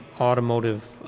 automotive